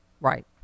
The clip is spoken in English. right